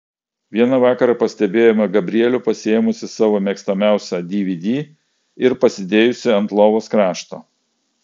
vieną vakarą pastebėjome gabrielių pasiėmusį savo mėgstamiausią dvd ir pasidėjusį ant lovos krašto